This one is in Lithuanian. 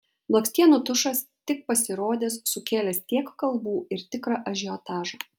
blakstienų tušas tik pasirodęs sukėlęs tiek kalbų ir tikrą ažiotažą